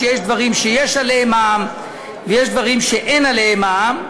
שיש דברים שיש עליהם מע"מ ויש דברים שאין עליהם מע"מ,